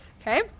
Okay